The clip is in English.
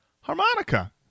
harmonica